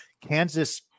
Kansas